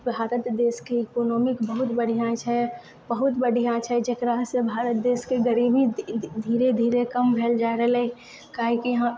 भारत देशके इकोनोमी बहुत बढ़िआँ छै बहुत बढ़िआँ छै जेकरा से भारत देशके गरीबी धीरे धीरे कम भेल जा रहलै काहेकि ईहाँ